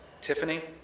Tiffany